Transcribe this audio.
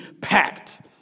packed